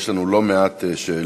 יש לנו לא מעט שאלות.